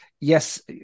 yes